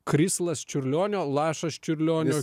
krislas čiurlionio lašas čiurlionio